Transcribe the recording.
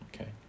Okay